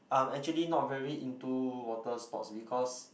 I'm actually not very into water sports because